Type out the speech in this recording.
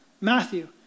Matthew